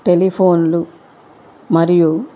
టెలిఫోన్లు మరియు